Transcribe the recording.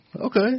Okay